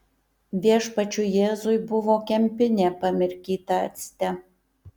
viešpačiui jėzui buvo kempinė pamirkyta acte